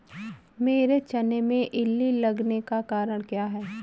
मेरे चने में इल्ली लगने का कारण क्या है?